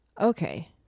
okay